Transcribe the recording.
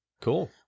Cool